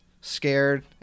scared